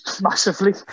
massively